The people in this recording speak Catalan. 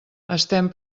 estem